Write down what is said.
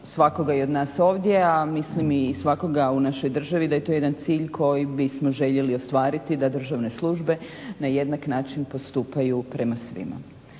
svakoga i od nas ovdje, a mislim i svakoga u našoj državi, da je to jedan cilj koji bismo željeli ostvariti da državne službe na jednak način postupaju prema svima.